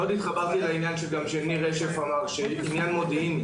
התחברתי מאוד גם לדבריו של ניר רשף לגבי העניין המודיעיני.